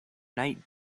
night